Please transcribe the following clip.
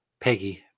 Peggy